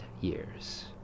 years